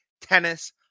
tennis